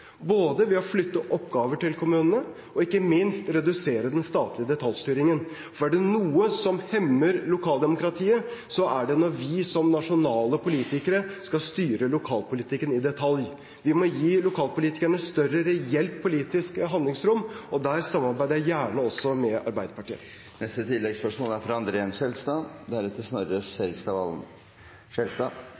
både ved å flytte oppgaver til kommunene og ikke minst ved å redusere den statlige detaljstyringen. For er det noe som hemmer lokaldemokratiet, er det når vi som nasjonale politikere skal styre lokalpolitikken i detalj. Vi må gi lokalpolitikerne større reelt politisk handlingsrom, og der samarbeider jeg gjerne også med Arbeiderpartiet.